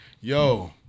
yo